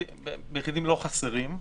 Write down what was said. ביחידים לא חסרים.